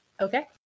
Okay